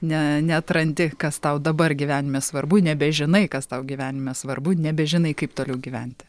ne neatrandi kas tau dabar gyvenime svarbu nebežinai kas tau gyvenime svarbu nebežinai kaip toliau gyventi